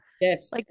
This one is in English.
Yes